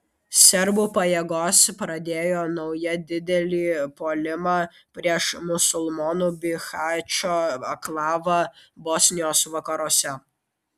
serbų pajėgos pradėjo naują didelį puolimą prieš musulmonų bihačo anklavą bosnijos vakaruose